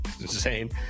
insane